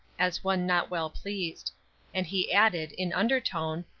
as one not well pleased and he added, in under tone,